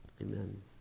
amen